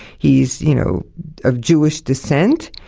he's you know of jewish descent,